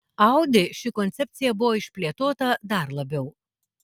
audi ši koncepcija buvo išplėtota dar labiau